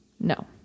no